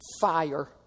Fire